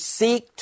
seek